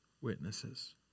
witnesses